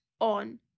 on